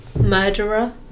murderer